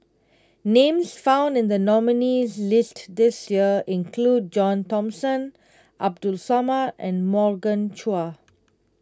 names found in the nominees' list this year include John Thomson Abdul Samad and Morgan Chua